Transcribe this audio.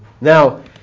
Now